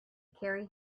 carry